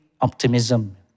optimism